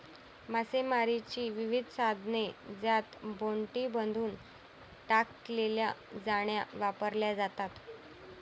मासेमारीची विविध साधने ज्यात बोटींमधून टाकलेल्या जाळ्या वापरल्या जातात